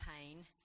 pain